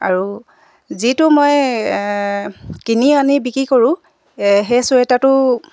আৰু যিটো মই কিনি আনি বিক্ৰী কৰোঁ সেই চুৱেটাৰটো